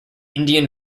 indian